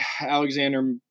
Alexander